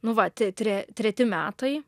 nu va te tre treti metai